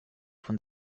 von